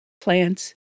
plants